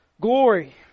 Glory